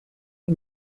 que